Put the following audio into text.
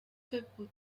football